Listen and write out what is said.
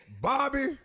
Bobby